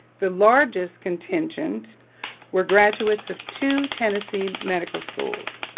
the largest contingent were graduates of two tennessee medical schools.